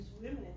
women